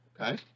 Okay